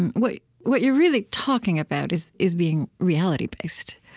and what what you're really talking about is is being reality-based